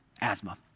asthma